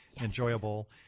enjoyable